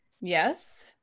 Yes